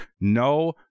no